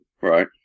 right